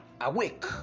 awake